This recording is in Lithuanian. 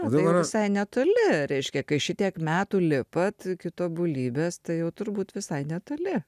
ir visai netoli reiškia kai šitiek metų lipat iki tobulybės tai jau turbūt visai netoli